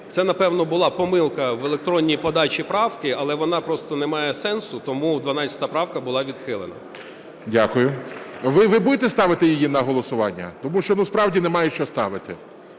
Це, напевно, була помилка в електронній подачі правки, але вона просто не має сенсу, тому 12 правка була відхилена. ГОЛОВУЮЧИЙ. Дякую. Ви будете ставити її на голосування? Тому що справді немає що ставити,